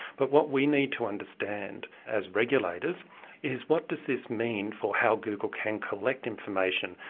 but what we need to understand as regulators is what does this mean for how google can collect information,